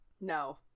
No